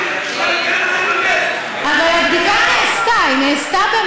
אם פרקליט המדינה עדיין לא יכול לקבוע אם היה פיגוע או לא,